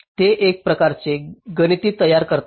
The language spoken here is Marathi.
ते एक प्रकारचे गणिती तयार करतात